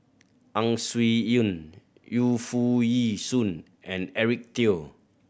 Ang Swee Aun Yu Foo Yee Shoon and Eric Teo